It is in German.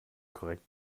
korrekt